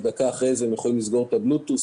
דקה אחרי זה הם יכולים לסגור את הבלוטות',